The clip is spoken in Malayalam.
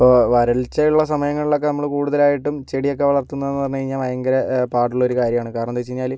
ഇപ്പോൾ വരൾച്ചയുള്ള സമയങ്ങളിലൊക്കെ നമ്മള് കൂടുതലായിട്ടും ചെടിയൊക്കെ വളർത്തുന്നതെന്നു പറഞ്ഞു കഴിഞ്ഞാൽ ഭയങ്കര പാടുള്ള ഒരു കാര്യം ആണ് കാരണം എന്തെന്നു വെച്ചു കഴിഞ്ഞാല്